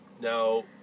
Now